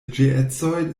geedzoj